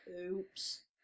oops